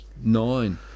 nine